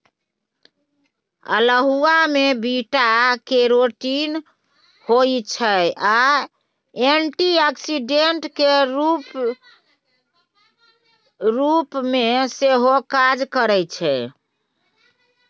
अल्हुआ मे beta carotene होइ छै आ एंटीआक्सीडेंट केर रुप मे सेहो काज करय छै